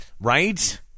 right